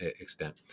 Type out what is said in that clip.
extent